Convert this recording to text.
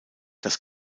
das